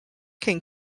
can